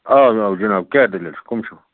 آ جِناب جِناب کیٛاہ دٔلیٖل چھِ کَم چھِو